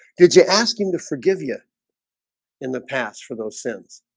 did you ask him to forgive you in the past for those sins?